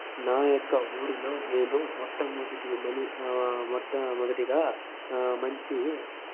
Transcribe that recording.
నా యొక్క ఊరిలో నేను మొట్టమొదటి మని మొట్టమొదటిగా మంచి